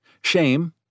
Shame